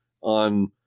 on